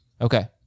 Okay